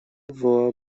wywołała